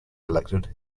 elected